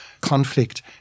conflict